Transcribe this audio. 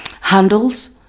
handles